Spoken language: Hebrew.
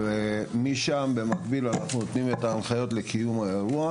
ומשם במקביל אנחנו נותנים את ההנחיות לקיום האירוע.